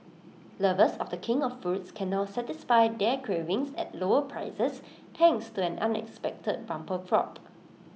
lovers of the king of fruits can now satisfy their cravings at lower prices thanks to an unexpected bumper crop